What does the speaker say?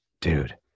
dude